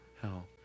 hell